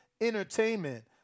entertainment